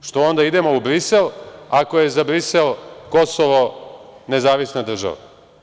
Zašto onda idemo u Brisel, ako je za Brisel Kosovo nezavisna država?